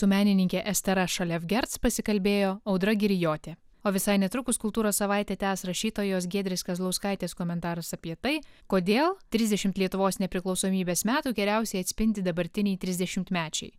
su menininke estera šalevgerc pasikalbėjo audra girijotienė o visai netrukus kultūros savaitę tęs rašytojos giedrės kazlauskaitės komentaras apie tai kodėl trisdešimt lietuvos nepriklausomybės metų geriausiai atspindi dabartiniai trisdešimtmečiai